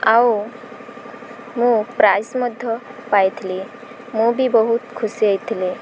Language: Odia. ଆଉ ମୁଁ ପ୍ରାଇଜ ମଧ୍ୟ ପାଇଥିଲି ମୁଁ ବି ବହୁତ ଖୁସି ହେଇଥିଲି